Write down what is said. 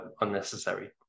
unnecessary